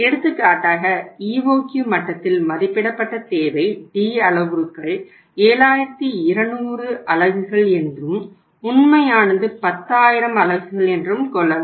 எடுத்துக்காட்டாக EOQ மட்டத்தில் மதிப்பிடப்பட்ட தேவை D அளவுருக்கள் 7200 அலகுகள் என்றும் உண்மையானது 10000 அலகுகள் என்றும் கொள்ளலாம்